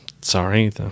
sorry